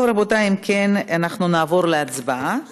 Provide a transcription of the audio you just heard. רבותיי, אם כן, אנחנו נעבור להצבעה.